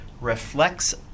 reflects